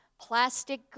plastic